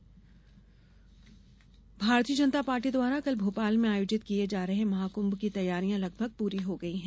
Mahakumbh Bharatiya Janata party द्वारा कल भोपाल में आयोजित किये जा रहे महाकूंभ की तैयारियां लगभग पूरी हो गयी है